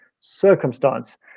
circumstance